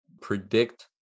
predict